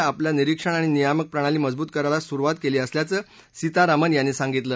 नं आपल्या निरीक्षण आणि नियामक प्रणाली मजबूत करायला सुरुवात केली असल्याचं सीतारामन यांनी सांगितलं